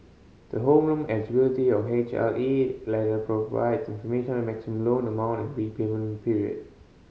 the Home Loan Eligibility or H L E letter provide information on the maximum loan amount and repayment period